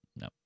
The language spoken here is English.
No